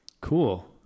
Cool